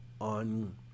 on